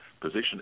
position